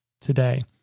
today